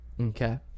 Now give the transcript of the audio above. Okay